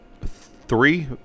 three